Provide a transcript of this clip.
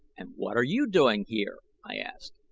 and what are you doing here? i asked.